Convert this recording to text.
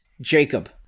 Jacob